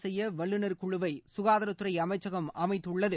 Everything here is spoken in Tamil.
செய்ய வல்லுநர் குழுவை சுகாதாரத்துறை அமைச்சகம் அமைத்துள்ளது